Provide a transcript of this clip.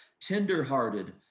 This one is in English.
tenderhearted